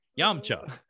Yamcha